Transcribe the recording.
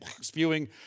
spewing